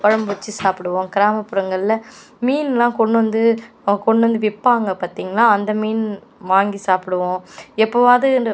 குழம்பு வச்சு சாப்பிடுவோம் கிராமபுறங்களில் மீன்லாம் கொண்டு வந்து கொண்டு வந்து விற்பாங்க பார்த்தீங்களா அந்த மீன் வாங்கி சாப்பிடுவோம் எப்போதாவாது இந்த